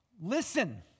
listen